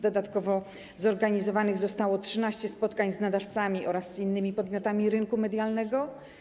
Dodatkowo zorganizowanych zostało 13 spotkań z nadawcami oraz z innymi podmiotami rynku medialnego.